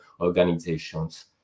organizations